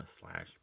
slash